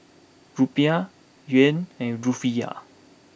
Rupiah Yuan and Rufiyaa